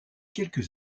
quelques